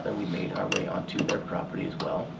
and we made our way onto their property as well.